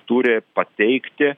turi pateikti